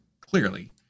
clearly